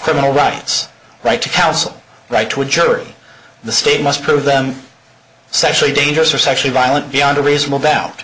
criminal rights right to counsel right to a jury the state must prove them specially dangerous or sexually violent beyond a reasonable doubt